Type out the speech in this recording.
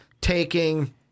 taking